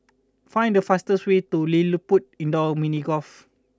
find the fastest way to LilliPutt Indoor Mini Golf